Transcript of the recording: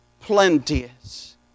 plenteous